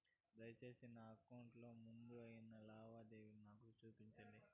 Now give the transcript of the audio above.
దయసేసి నా అకౌంట్ లో ముందు అయిదు లావాదేవీలు నాకు చూపండి